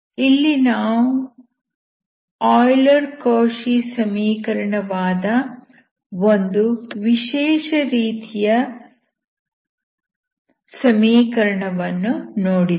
ಇಲ್ಲಿ ನಾವು Euler Cauchy ಸಮೀಕರಣ ವಾದ ಒಂದು ವಿಶೇಷ ವಿಧದ ಸಮೀಕರಣವನ್ನು ನೋಡಿದೆವು